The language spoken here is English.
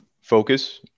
focus